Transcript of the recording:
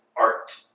Art